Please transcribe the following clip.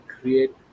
create